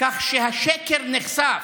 כך שהשקר נחשף,